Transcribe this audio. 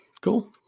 Cool